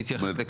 אני אענה על זה.